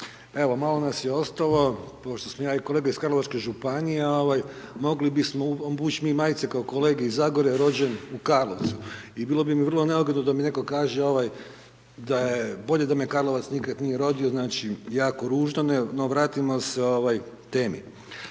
Evo, malo nas je ostalo, pošto smo ja i kolega iz Karlovačke županije, mogli bismo obući mi majice kao kolege iz Zagore, Rođen u Karlovcu, i bilo bi mi vrlo neugodno da mi netko kaže da, bolje da me Karlovac nikada nije rodio, znači, jako ružno, no vratimo se temi.